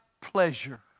pleasure